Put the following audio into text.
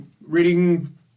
reading